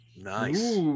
nice